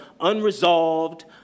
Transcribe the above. unresolved